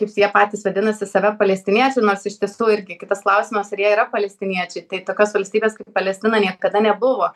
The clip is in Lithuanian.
kaip jie patys vadinasi save palestiniečiai nors iš tiesų irgi kitas klausimas ar jie yra palestiniečiai tai tokios valstybės kaip palestina niekada nebuvo